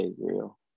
real